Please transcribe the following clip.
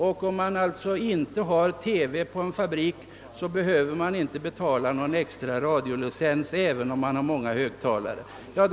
Om man vid en fabrik inte hade TV skulle man alltså inte behöva betala någon radiolicens, hur många högtalare man än hade.